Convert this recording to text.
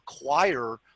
acquire